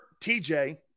TJ